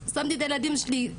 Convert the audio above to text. שמתי את הילדים שלי,